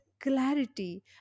clarity